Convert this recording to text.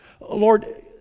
Lord